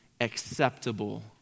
acceptable